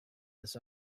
this